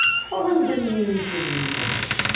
follow the news in english.